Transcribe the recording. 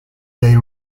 day